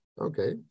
Okay